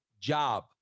job